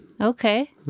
Okay